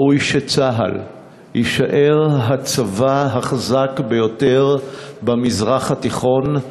ראוי שצה"ל יישאר הצבא החזק ביותר במזרח התיכון,